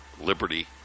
Liberty